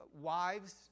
wives